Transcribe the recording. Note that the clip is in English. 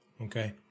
Okay